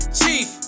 chief